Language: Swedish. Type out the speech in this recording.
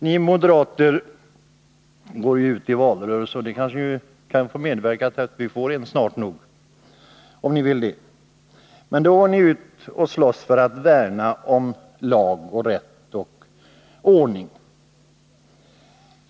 Ni moderater brukar gå ut i valrörelser — om ni vill kanske ni medverkar till att vi snart nog får en sådan — och tala om att ni värnar lag, rätt och ordning.